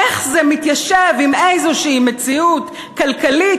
איך זה מתיישב עם איזו מציאות כלכלית,